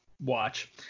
watch